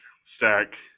stack